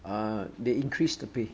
uh they increase the pay